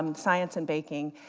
and science and baking,